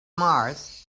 mars